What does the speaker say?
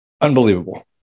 Unbelievable